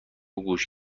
گوش